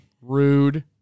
Rude